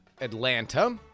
Atlanta